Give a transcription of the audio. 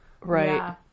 Right